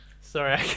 Sorry